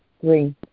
three